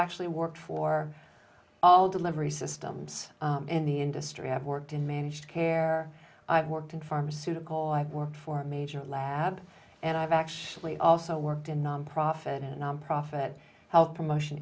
actually worked for all delivery systems in the industry have worked in managed care i've worked in pharmaceutical i've worked for major lab and i've actually also worked in nonprofit a nonprofit health promotion